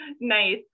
Nice